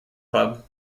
club